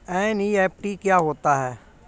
NEFT क्या होता है?